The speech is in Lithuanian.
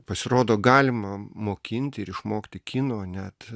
pasirodo galima mokinti ir išmokti kino net